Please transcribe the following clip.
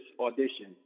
audition